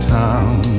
town